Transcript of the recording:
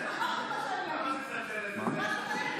למה את מזלזלת בזה?